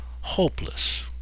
hopeless